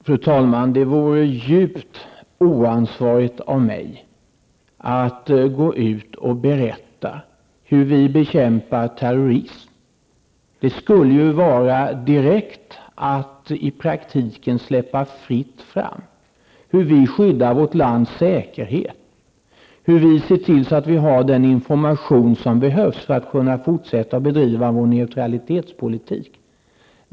Fru talman! Det vore djupt oansvarigt av mig att gå ut och berätta hur vi bekämpar terrorism. Det skulle innebära att man i praktiken släpper fritt information om hur vi skyddar vårt lands säkerhet, hur vi ser till att vi har den information som ju behövs för att kunna fortsätta att bedriva vår neutralitetspolitik.